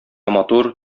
матур